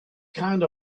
kind